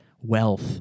wealth